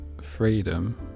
freedom